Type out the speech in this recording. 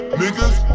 niggas